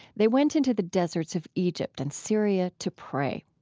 they went into the deserts of egypt and syria to pray.